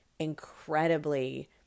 incredibly